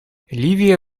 ливия